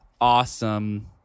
awesome